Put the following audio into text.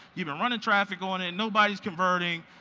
you've been running traffic on it, nobody's converting,